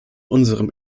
unserem